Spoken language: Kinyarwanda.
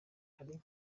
hari